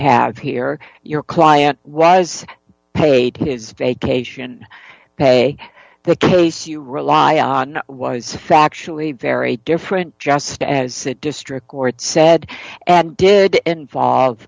have here your client was paid his vacation pay the case you rely on was factually very different just as it district court said and did involve